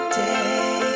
day